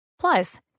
Plus